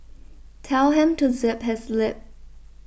tell him to zip his lip